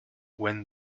when